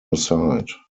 aside